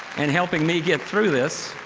and helping me get through this,